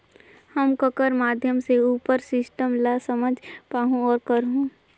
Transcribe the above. हम ककर माध्यम से उपर सिस्टम ला समझ पाहुं और करहूं?